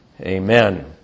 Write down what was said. Amen